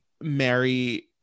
Mary